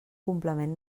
complement